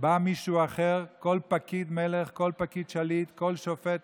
בא מישהו אחר, כל פקיד מלך, כל פקיד שליט, כל שופט